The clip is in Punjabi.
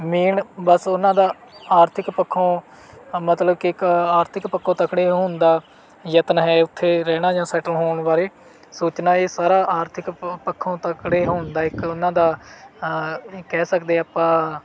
ਮੇਨ ਬਸ ਉਹਨਾਂ ਦਾ ਆਰਥਿਕ ਪੱਖੋਂ ਮਤਲਬ ਕਿ ਇੱਕ ਆਰਥਿਕ ਪੱਖੋਂ ਤਕੜੇ ਹੋਣ ਦਾ ਯਤਨ ਹੈ ਉੱਥੇ ਰਹਿਣਾ ਜਾਂ ਸੈਟਲ ਹੋਣ ਬਾਰੇ ਸੋਚਣਾ ਇਹ ਸਾਰਾ ਆਰਥਿਕ ਪ ਪੱਖੋਂ ਤਕੜੇ ਹੋਣ ਦਾ ਇੱਕ ਉਹਨਾਂ ਦਾ ਇਹ ਕਹਿ ਸਕਦੇ ਆਪਾਂ